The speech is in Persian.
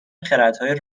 خردهای